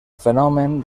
fenomen